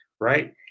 right